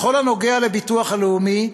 בכל הנוגע לביטוח הלאומי,